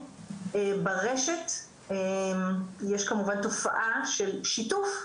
ברשת יש כמובן תופעה של שיתוף,